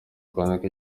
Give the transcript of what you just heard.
kwandika